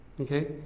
Okay